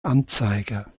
anzeiger